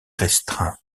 restreint